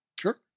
Sure